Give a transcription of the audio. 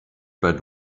but